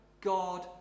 God